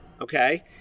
okay